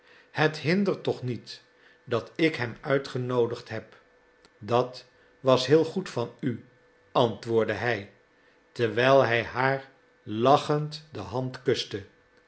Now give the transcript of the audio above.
het hindert toch niet dat ik hem uitgenoodigd heb dat was heel goed van u antwoordde hij terwijl hij haar lachend de hand kuste